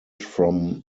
from